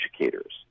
educators